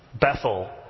Bethel